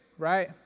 Right